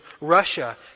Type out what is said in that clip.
Russia